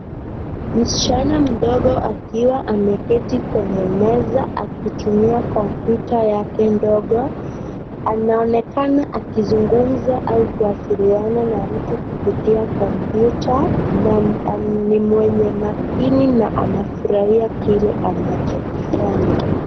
Msichana mdogo akiwa ameketi kwenye meza akitumia kompyuta yake ndogo. Anaonekana akizungumza au kuwasiliana na mtu kupitia kompyuta na ni mwenye makini na anafurahia kile anachokifanya.